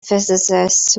physicist